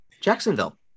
Jacksonville